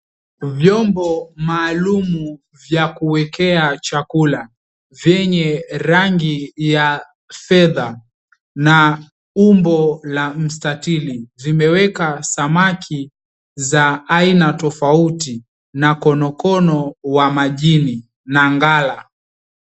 Vyombo maalumu vya kuwekea chakula vyenye rangi ya fedha na umbo la mstatili, zimeweka samaki za aina tofauti na konokono wa majini na ngala.